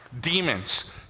demons